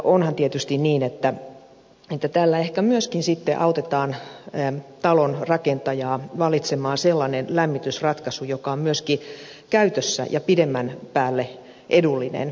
onhan tietysti niin että tällä ehkä myöskin sitten autetaan talonrakentajaa valitsemaan sellainen lämmitysratkaisu joka on myöskin käytössä ja pidemmän päälle edullinen